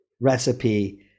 recipe